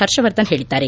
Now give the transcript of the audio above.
ಹರ್ಷವರ್ಧನ್ ಹೇಳಿದ್ದಾರೆ